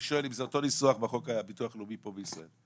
זה אותו ניסוח בחוק הביטוח הלאומי פה בישראל?